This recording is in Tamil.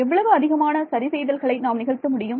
எவ்வளவு அதிகமான சரி செய்தல்களை நாம் நிகழ்த்த முடியும்